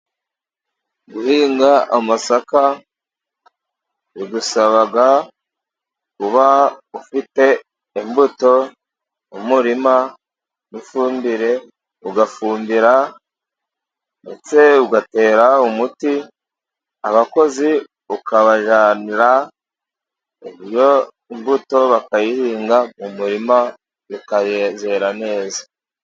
Guhinga amasaka bigusaba kuba ufite imbuto, umurima, n'ifumbire ugafumbira, ndetse ugatera umuti, abakozi ukabajyanira iyo mbuto bakayihinga mu murima bikayezera neza.